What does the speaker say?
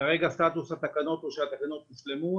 כרגע סטטוס התקנות הוא שהתקנות הושלמו,